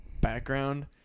background